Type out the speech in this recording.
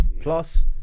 Plus